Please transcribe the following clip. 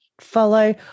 follow